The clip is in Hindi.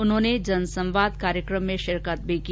उन्होंने जन संवाद कार्यक्रम में शिरकत की